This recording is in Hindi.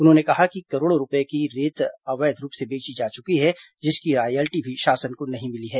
उन्होंने कहा कि करोड़ों रूपये की रेत अवैध रूप से बेची जा चुकी है जिसकी रॉयल्टी भी शासन को नहीं मिली है